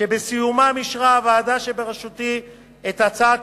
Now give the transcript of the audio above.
שבסיומם אישרה הוועדה שבראשותי את הצעת